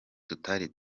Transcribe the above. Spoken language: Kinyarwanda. tutari